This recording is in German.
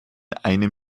einem